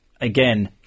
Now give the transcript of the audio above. again